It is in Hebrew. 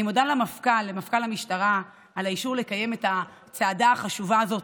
אני מודה למפכ"ל המשטרה על האישור לקיים את הצעדה החשובה הזאת,